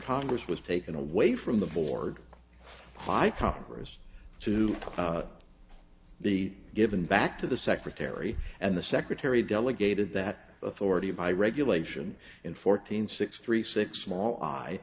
congress was taken away from the board quite congress to the given back to the secretary and the secretary delegated that authority by regulation in fourteen six three six small